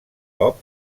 cop